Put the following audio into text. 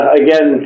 again